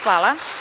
Hvala.